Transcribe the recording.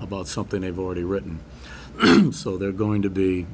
about something they've already written so they're going to be